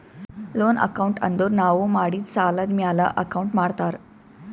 loan account ಅಂದುರ್ ನಾವು ಮಾಡಿದ್ ಸಾಲದ್ ಮ್ಯಾಲ ಅಕೌಂಟ್ ಮಾಡ್ತಾರ್